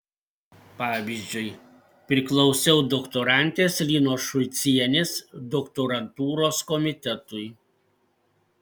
pavyzdžiui priklausiau doktorantės linos šulcienės doktorantūros komitetui